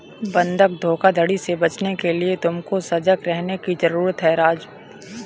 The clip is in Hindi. बंधक धोखाधड़ी से बचने के लिए तुमको सजग रहने की जरूरत है राजु